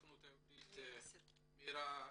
מירה,